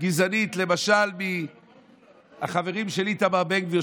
גזענית למשל מהחברים של איתמר בן גביר,